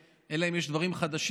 אלא אם כן יש דברים חדשים,